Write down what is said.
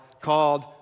called